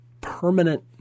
permanent